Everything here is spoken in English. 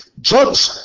Judge